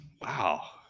wow